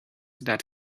that